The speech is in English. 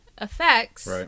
effects